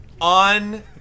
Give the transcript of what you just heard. on